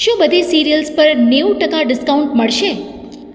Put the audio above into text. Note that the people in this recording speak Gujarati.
શું બધી સીરીઅલ્સ પર નેવું ટકા ડિસ્કાઉન્ટ મળશે